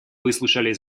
выслушали